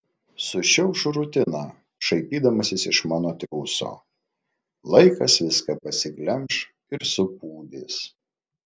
sušiauš rutiną šaipydamasis iš mano triūso laikas viską pasiglemš ir supūdys